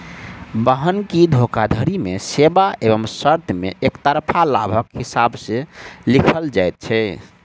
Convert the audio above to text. बन्हकी धोखाधड़ी मे सेवा एवं शर्त मे एकतरफा लाभक हिसाब सॅ लिखल जाइत छै